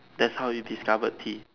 that's how you discovered tea